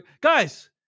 Guys